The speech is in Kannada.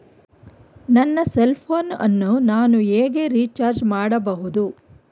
ನನ್ನ ಸೆಲ್ ಫೋನ್ ಅನ್ನು ನಾನು ಹೇಗೆ ರಿಚಾರ್ಜ್ ಮಾಡಬಹುದು?